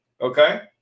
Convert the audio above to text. Okay